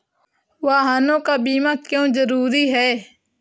वाहनों का बीमा क्यो जरूरी है?